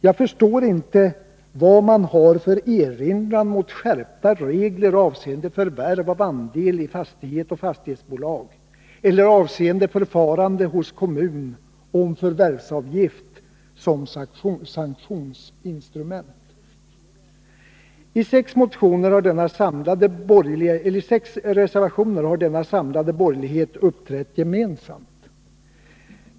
Jag förstår inte vad man har för erinran mot skärpta regler avseende förvärv av andel i fastighet och fastighetsbolag eller avseende förfarande hos kommun och regler om förvärvsavgift som sanktionsinstrument. I sex reservationer har denna samlade borgerlighet uppträtt gemensamt.